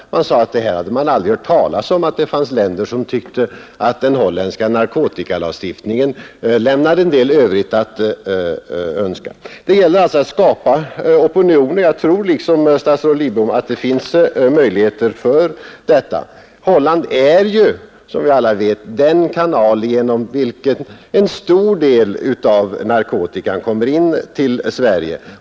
Holländarna framhöll att de aldrig hade hört talas om att det fanns länder, som tyckte att den holländska narkotikalagstiftningen lämnade en del övrigt att önska. Det gäller alltså att skapa en opinion, och jag tror liksom statsrådet Lidbom att det finns möjligheter till detta. Holland är som vi alla vet den kanal genom vilken en stor del av narkotikan kommer till Sverige.